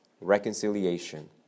reconciliation